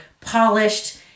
polished